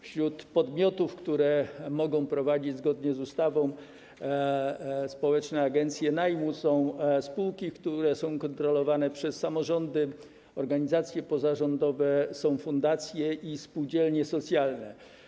Wśród podmiotów, które mogą prowadzić - zgodnie z ustawą - społeczne agencje najmu, są spółki kontrolowane przez samorządy, organizacje pozarządowe, fundacje i spółdzielnie socjalne.